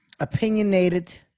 opinionated